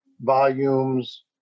volumes